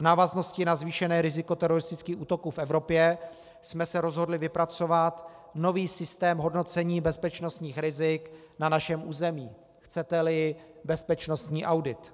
V návaznosti na zvýšené riziko teroristických útoků v Evropě jsme se rozhodli vypracovat nový systém hodnocení bezpečnostních rizik na našem území, chceteli, bezpečnostní audit.